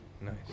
Nice